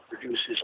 produces